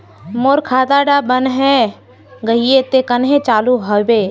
मोर खाता डा बन है गहिये ते कन्हे चालू हैबे?